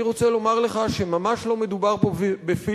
אני רוצה לומר לך שממש לא מדובר פה בפיליבסטר.